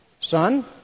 Son